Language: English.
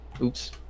Oops